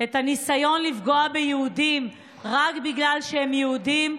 את הניסיון לפגוע ביהודים רק בגלל שהם יהודים.